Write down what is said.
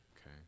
okay